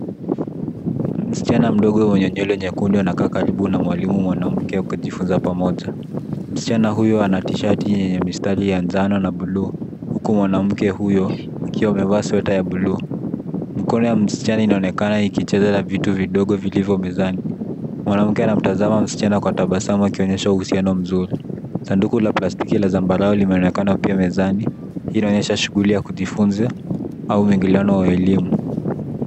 Msichana mdogo mwenye nywele nyekundu anakaa karibu na mwanamke, wakijifunza pamoja. Msichana huyo ana t-shati yenye mistari ya njano na buluu, huku mwanamke huyo akiwa amevaa sweta ya buluu. Mikono ya msichana imeonekana ikicheza na vitu vidogo vilivyo mezani. Mwanamke anamtazama msichana kwa tabasamu, akionyesha uhusiano mzuri. Sanduku la plastiki la zambarau limeonekana pia mezani. Hii inaonyesha shughuli ya kujifunza au mwingiliano wa elimu.